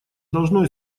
должно